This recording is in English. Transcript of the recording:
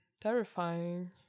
terrifying